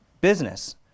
business